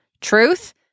Truth